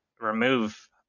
remove